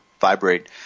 vibrate